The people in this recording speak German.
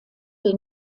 den